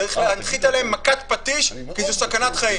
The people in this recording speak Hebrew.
צריך להנחית עליהם מכת פטיש כי זו סכנת חיים.